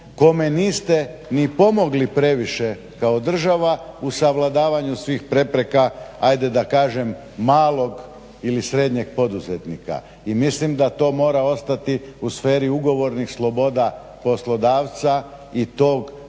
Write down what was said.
kome niste ni pomogli previše u država u savladavanju svih prepreka, ajde da kažem malog ili srednjeg poduzetnika. I mislim da to mora ostati u sferi ugovornih sloboda poslodavca i tog dužnosnika